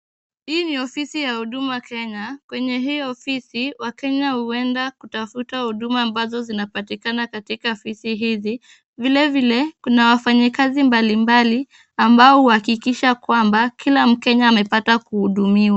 Hii ni ofisi ya huduma Kenya. Kwenye hii ofisi, wakenya huenda kutafuta huduma ambazo zinapatikana katika afisi hizi. Vilevile, kuna wafanyakazi mbalimbali ambao uhakikisha kwamba kila mkenya amepata kuhudumiwa.